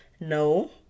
no